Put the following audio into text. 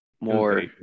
more